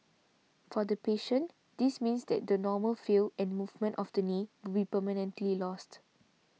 for the patient this means that the normal feel and movement of the knee will permanently lost